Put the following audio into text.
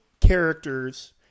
characters